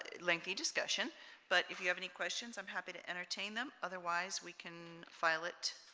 lengthy discussion but if you have any questions i'm happy to entertain them otherwise we can file it